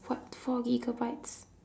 what four gigabytes